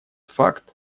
факт